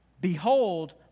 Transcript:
Behold